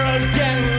again